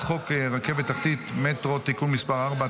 חוק רכבת תחתית (מטרו) (תיקון מס' 4),